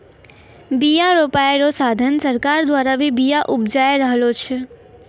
बिया रोपाय रो साधन सरकार द्वारा भी बिया उपजाय रहलो छै